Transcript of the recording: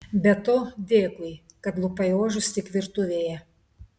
be to dėkui kad lupai ožius tik virtuvėje